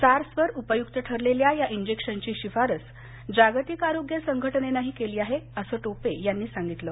सार्सवर उपयुक्त ठरलेल्या या इंजेक्शनची शिफारस जागतिक आरोग्य संघटनेनंही केली आहे असं टोपे यांनी सांगितलं